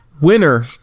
winner